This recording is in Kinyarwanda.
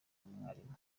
n’umwarimu